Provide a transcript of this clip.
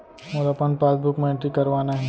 मोला अपन पासबुक म एंट्री करवाना हे?